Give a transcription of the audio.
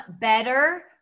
better